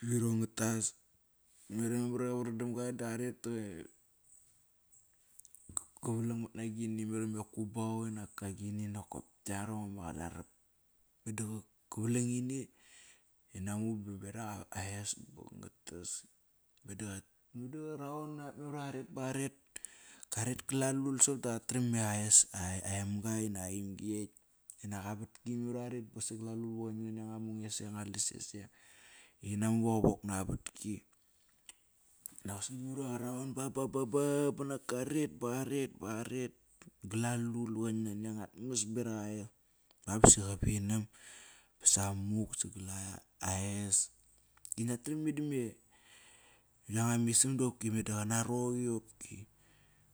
Irong ngat tas, memar iva vardamga da qaret ba qavalang mat na agini, memar ive me kubao nak agini naikop kia rong ama qalarap. Meda qavalang ini inamuk ba barak aes ba nga tas. Meda qa raor nak memar iva qaret ba qaret, karet galalul, soqop da qa tram i aes aemga, inak aemgi, ekt, inak avatki, mariva qaret ba sagal alul vavone nani anga mungeseng anga laseseng inamuk iva qavok naa vatki. Doqosni, memar iva qaraor ba ba ba banak karet baqaret, ba qaret, ba qaret galalul qanam nani anga tmas berak aes ba basi qavinam samuk sagal aes. Ina tram ime dame, yanga ma isam doqopki me daqana roqi qopki,